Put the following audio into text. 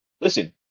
listen